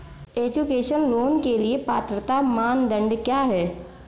Education loan के लिए पात्रता मानदंड क्या है?